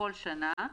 בכל שנה,